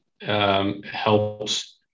Helps